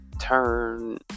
turn